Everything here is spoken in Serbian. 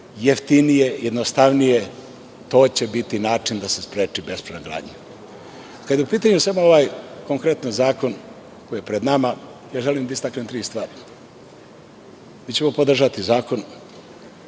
jeftinije, jednostavnije, to će biti način da se spreči bespravna gradnja. Kada je u pitanju ovaj konkretno zakon koji je pred nama, želim da istaknem tri stvari. Mi ćemo podržati zakon.